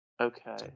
Okay